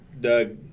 Doug